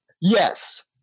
Yes